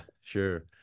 sure